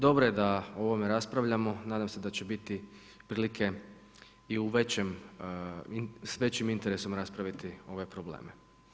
Dobro je da o ovome raspravljamo i nadam se da će biti prilike i s većim interesom raspraviti ove probleme.